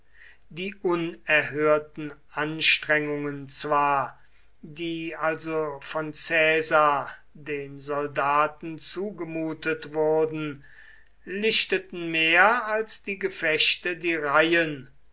die unerhörten anstrengungen zwar die also von caesar den soldaten zugemutet wurden lichteten mehr als die gefechte die reihen